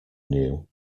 knew